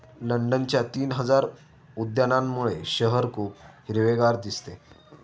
लंडनच्या तीन हजार उद्यानांमुळे शहर खूप हिरवेगार दिसते